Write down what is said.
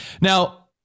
Now